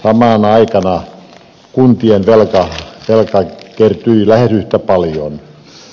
samana aikana kuntien velkaa kertyi lähes yhtä paljon